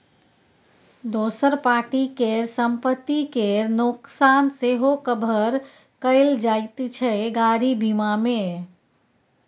दोसर पार्टी केर संपत्ति केर नोकसान सेहो कभर कएल जाइत छै गाड़ी बीमा मे